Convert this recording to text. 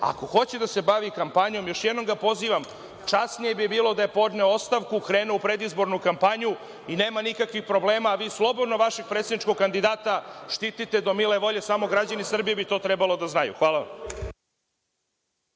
ako hoće da se bavi kampanjom, još jednom ga pozivam, časnije bi bilo da je podneo ostavku, krenuo u predizbornu kampanju i nema nikakvih problema, a vi slobodno vašeg predsedničkog kandidata štitite do mile volje, samo građani Srbije bi to trebalo da znaju. Hvala.